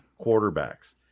quarterbacks